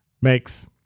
Makes